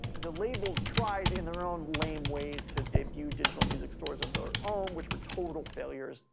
the labels tried in their own lame ways to debut digital music stores of their own, which were total failures